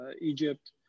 Egypt